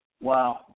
Wow